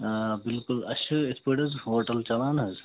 آ بِلکُل اَسہِ چھِ یِتھ پٲٹھۍ حظ ہوٹَل چلان حظ